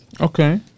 Okay